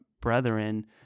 brethren